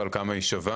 גל, כמה היא שווה?